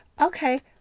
Okay